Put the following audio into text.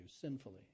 sinfully